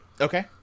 Okay